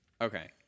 Okay